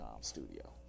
studio